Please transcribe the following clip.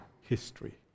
history